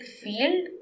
field